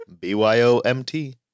B-Y-O-M-T